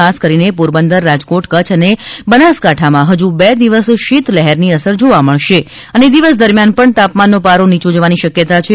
ખાસ કરીને પોરબંદર રાજકોટ કચ્છ અને બનાસકાઠામાં ફજુ બે દિવસ શીત લહેરની અસર જોવા મળશે અને દિવસ દરમ્યાન પણ તાપમાનનો પારો નીયો જવાની શક્યતા છે